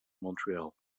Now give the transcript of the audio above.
montreal